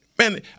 Man